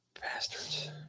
Bastards